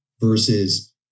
versus